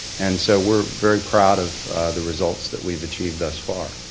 and so we're very proud of the results that we've achieved thus far.